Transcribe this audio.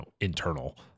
internal